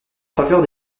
faveur